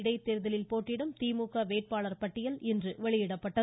இடைத்தோதலில் போட்டியிடும் திமுக வேட்பாளர் பட்டியலை இன்று வெளியிடப்பட்டது